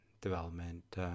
development